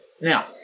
Now